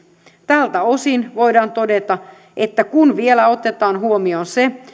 tältä osin voidaan todeta että kun vielä otetaan huomioon se